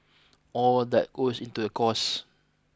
all that goes into the cost